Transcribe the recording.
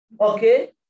Okay